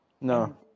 No